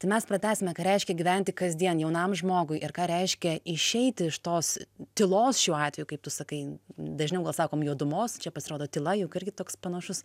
tai mes pratęsime ką reiškia gyventi kasdien jaunam žmogui ir ką reiškia išeiti iš tos tylos šiuo atveju kaip tu sakai dažniau gal sakom juodumos čia pasirodo tyla juk irgi toks panašus